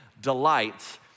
delights